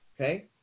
okay